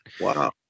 Wow